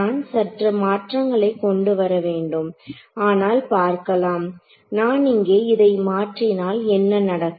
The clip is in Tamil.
நான் சற்று மாற்றங்களை கொண்டுவர வேண்டும் ஆனால் பார்க்கலாம் நான் இங்கே இதை மாற்றினால் என்ன நடக்கும்